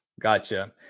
Gotcha